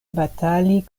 batali